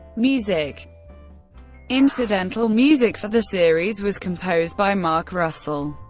music incidental music for the series was composed by mark russell.